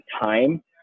time